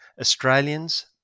australians